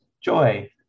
Joy